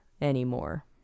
anymore